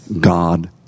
God